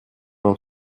вам